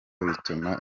bituma